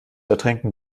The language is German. ertränken